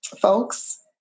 folks